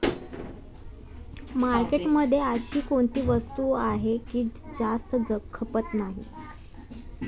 मार्केटमध्ये अशी कोणती वस्तू आहे की जास्त खपत नाही?